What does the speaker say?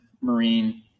marine